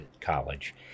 College